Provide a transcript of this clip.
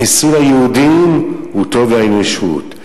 חיסול היהודים הוא טוב לאנושות.